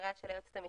אתייחס לזה.